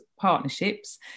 Partnerships